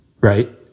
Right